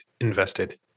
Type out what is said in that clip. invested